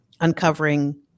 uncovering